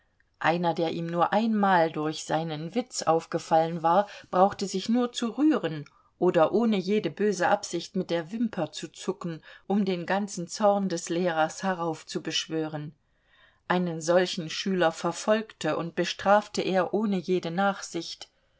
einer der ihm nur einmal durch seinen witz aufgefallen war brauchte sich nur zu rühren oder ohne jede böse absicht mit der wimper zu zucken um den ganzen zorn des lehrers heraufzubeschwören einen solchen schüler verfolgte und bestrafte er ohne jede nachsicht